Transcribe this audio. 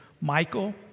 Michael